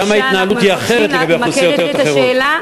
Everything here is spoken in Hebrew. ששם ההתנהלות היא אחרת לגבי אוכלוסיות אחרות.